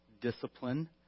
discipline